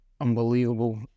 unbelievable